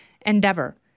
endeavor